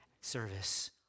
service